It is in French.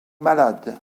malades